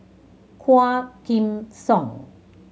Quah Kim Song